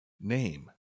Name